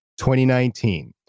2019